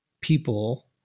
people